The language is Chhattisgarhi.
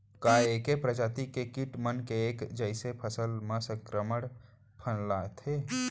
का ऐके प्रजाति के किट मन ऐके जइसे फसल म संक्रमण फइलाथें?